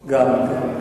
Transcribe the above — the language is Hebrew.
גם.